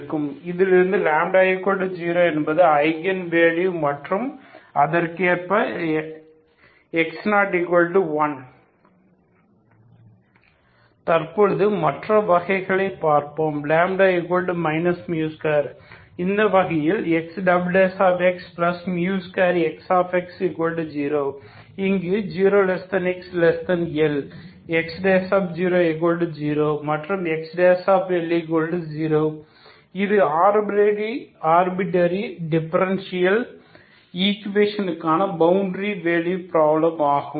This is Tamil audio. இதிலிருந்து λ0 என்பது ஐகன் வேல்யூ மற்றும் அதற்கேற்ப X01 தற்பொழுது மற்ற வகைகளை பார்ப்போம் λ 2 இந்த வகையில் Xx2Xx0 இங்கு 0xL X00 மற்றும் XL0 இது ஆர்டினரி டிஃபரண்டியல் ஈக்வடேஷனுக்கான பவுண்டரி வேல்யூ பிராப்ளம் ஆகும்